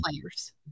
players